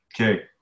Okay